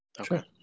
Okay